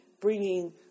bringing